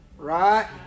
Right